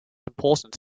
important